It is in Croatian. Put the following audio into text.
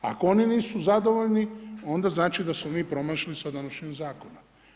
Ako oni nisu zadovoljni, onda znači da smo mi promašili sa donošenjem zakona.